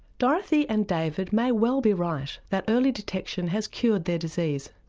dorothy and david may well be right, that early detection has cured their disease.